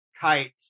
kite